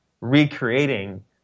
recreating